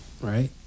right